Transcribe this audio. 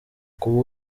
kuba